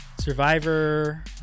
Survivor